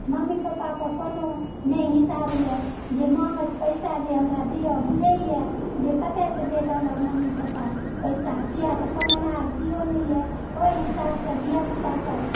mummy पप्पाके कोनो नहि हिसाबए जे माँगत पैसा जे हमरा दिअ बुझयए जे कतएसँ देत हमर मम्मी पप्पा पैसा किएक तऽ कमेनहार केओ नहिए ओहि हिसाबसँ धियापुतासभ